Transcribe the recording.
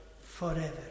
forever